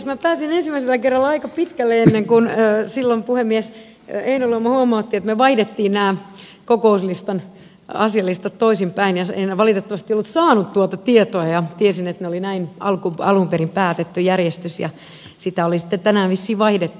minä pääsin ensimmäisellä kerralla aika pitkälle ennen kuin silloin puhemies heinäluoma huomautti että me vaihdoimme nämä kokouslistan asiat toisinpäin ja en valitettavasti ollut saanut tuota tietoa ja tiesin että se oli näin alun perin päätetty järjestys ja sitä oli sitten tänään vissiin vaihdettu